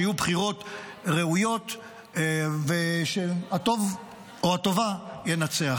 שיהיו בחירות ראויות, ושהטוב או הטובה ינצח.